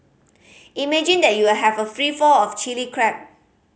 imagine that you will have a free flow of Chilli Crab